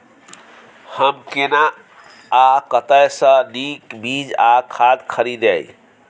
हम केना आ कतय स नीक बीज आ खाद खरीदे?